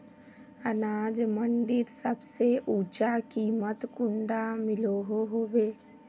अनाज मंडीत सबसे ऊँचा कीमत कुंडा मिलोहो होबे?